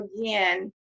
again